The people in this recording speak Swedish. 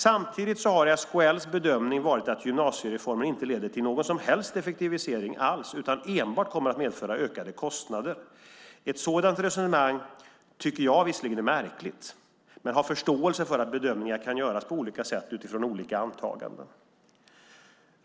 Samtidigt har SKL:s bedömning varit att gymnasiereformen inte leder till någon effektivisering alls utan enbart kommer att medföra ökade kostnader. Ett sådant resonemang tycker jag visserligen är märkligt, men jag har förståelse för att bedömningar kan göras på olika sätt utifrån olika antaganden.